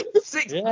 Six